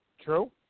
True